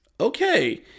Okay